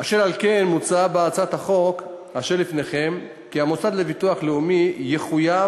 אשר על כן מוצע בהצעת החוק אשר לפניכם שהמוסד לביטוח לאומי יחויב